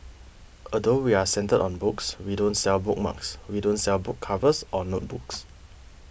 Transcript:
although we're centred on books we don't sell bookmarks we don't sell book covers or notebooks